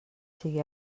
sigui